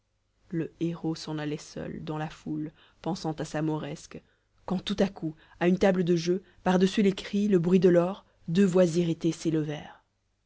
le héros s'en allait seul dans la foule pensant à sa mauresque quand tout à coup à une table de jeu par-dessus les cris le bruit de l'or deux voix irritées s'élevèrent